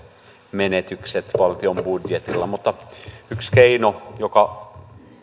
menetykset valtion budjetilla mutta yksi keino joka